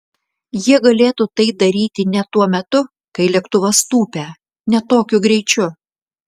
jie galėtų tai daryti ne tuo metu kai lėktuvas tūpia ne tokiu greičiu